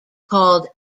called